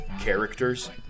characters